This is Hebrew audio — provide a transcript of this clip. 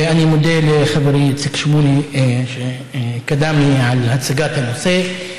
אני מודה לחברי שמולי, שקדם לי, על הצגת הנושא.